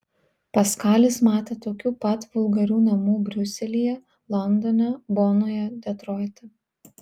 paskalis matė tokių pat vulgarių namų briuselyje londone bonoje detroite